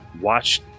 watch